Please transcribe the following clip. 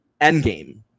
endgame